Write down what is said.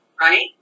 Right